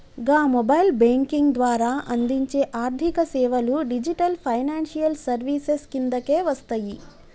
గా mobile banking ద్వారా అందించే ఆర్థికసేవలు డిజిటల్ ఫైనాన్షియల్ సర్వీసెస్ కిందకే వస్తయి